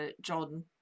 john